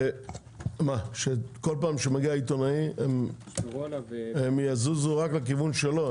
כל פעם כשמגיע עיתונאי הם יזוזו רק לכיוון שלו,